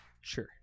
Sure